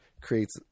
creates